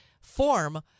form